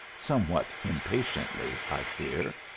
somewhat impatiently, i fear.